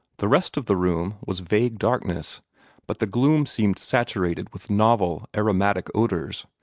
the rest of the room was vague darkness but the gloom seemed saturated with novel aromatic odors,